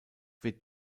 wird